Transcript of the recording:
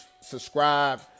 subscribe